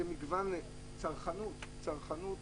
צרכנות,